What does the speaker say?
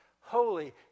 holy